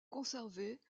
conservé